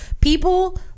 People